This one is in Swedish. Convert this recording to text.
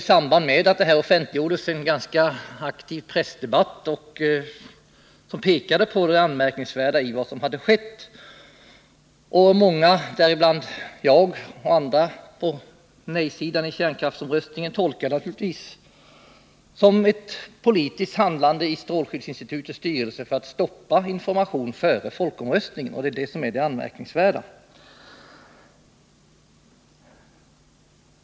I samband med att rapporten offentliggjordes förekom det en ganska aktiv pressdebatt, som pekade på det anmärkningsvärda i vad som hade skett. Många — däribland jag och andra på nej-sidan i kampanjen inför kärnkraftsomröstningen — tolkade naturligtvis detta som ett politiskt handlande av strålskyddsinstitutets styrelse för att stoppa information före folkomröstningen. Det är det som är det anmärkningsvärda.